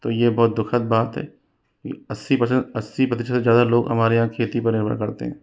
तो यह बहुत दु खद बात है अस्सी पर्सेंट अस्सी प्रतिशत से ज़्यादा लोग हमारे यहाँ खेती पर निर्भर करते हैं